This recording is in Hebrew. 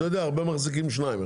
הרבה מחזיקים שניים.